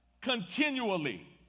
continually